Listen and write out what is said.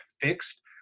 fixed